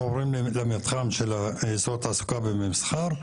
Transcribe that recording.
עוברים למתחם של אזור התעסוקה והמסחר,